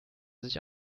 sich